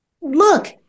Look